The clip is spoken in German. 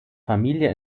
familie